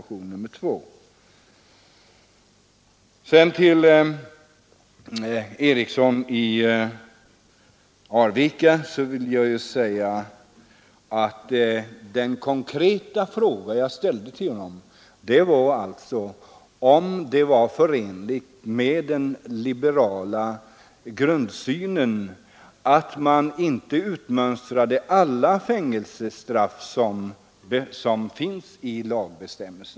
Till herr Eriksson i Arvika vill jag säga att den konkreta fråga jag ställde till honom gällde om det var förenligt med den liberala grundsynen att man inte utmönstrade alla fängelsestraff som finns i lagbestämmelsen.